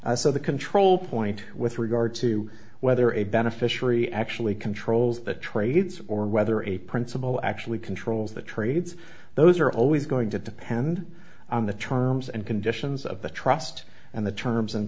so the control point with regard to whether a beneficiary actually controls the trades or whether a principal actually controls the trades those are always going to depend on the terms and conditions of the trust and the terms and